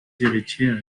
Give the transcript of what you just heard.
héritiers